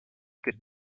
could